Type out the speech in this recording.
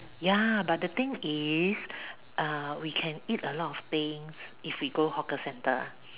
ya but the thing is err we can eat a lot of things if we go hawker centre